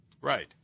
Right